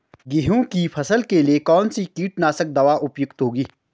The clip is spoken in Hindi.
गेहूँ की फसल के लिए कौन सी कीटनाशक दवा उपयुक्त होगी?